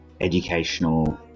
educational